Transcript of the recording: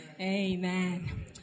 Amen